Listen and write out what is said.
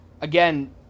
Again